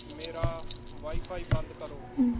ਮੇਰਾ ਵਾਈਫਾਈ ਬੰਦ ਕਰੋ